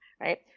Right